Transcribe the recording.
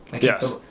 Yes